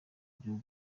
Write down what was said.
byo